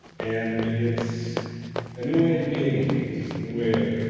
and it's a new way of dealing with things. it's a new way of